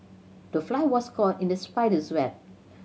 the fly was caught in the spider's web